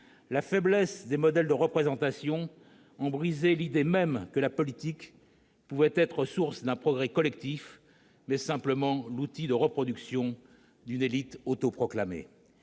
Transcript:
la faiblesse des modèles de représentation ont ruiné l'idée même que la politique pouvait être la source d'un progrès collectif, et non simplement l'outil de reproduction d'une élite autoproclamée.